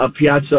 Piazza